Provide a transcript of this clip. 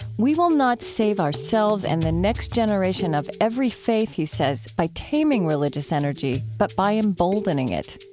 we will not save ourselves and the next generation of every faith, he says, by taming religious energy but by emboldening it.